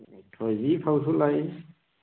ꯊꯣꯏꯕꯤ ꯐꯧꯁꯨ ꯂꯩ